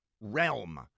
realm